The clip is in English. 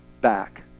back